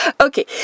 Okay